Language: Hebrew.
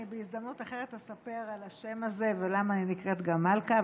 אני בהזדמנות אחרת אספר על השם הזה ולמה אני נקראת גם מלכה,